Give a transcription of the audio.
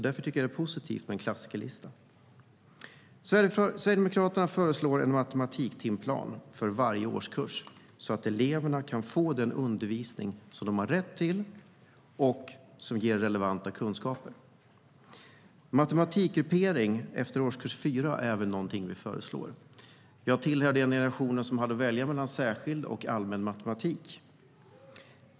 Därför tycker jag att det är positivt med en klassikerlista. Sverigedemokraterna föreslår en matematiktimplan för varje årskurs, så att eleverna kan få den undervisning de har rätt till och få relevanta kunskaper. Matematikgruppering efter årskurs 4 är också någonting vi föreslår. Jag tillhör den generation som hade att välja mellan särskild och allmän matematik.